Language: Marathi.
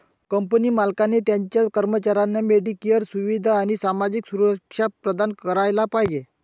कंपनी मालकाने त्याच्या कर्मचाऱ्यांना मेडिकेअर सुविधा आणि सामाजिक सुरक्षा प्रदान करायला पाहिजे